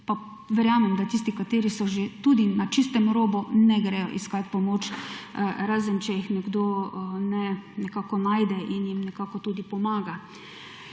verjamem, da tisti kateri so že tudi na čistem robu ne gredo iskati pomoč razen, če jih nekdo nekako najde in jim nekako tudi pomaga.